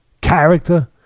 character